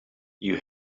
you